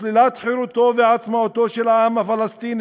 ושלילת חירותו ועצמאותו של העם הפלסטיני